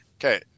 okay